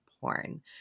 porn